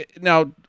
Now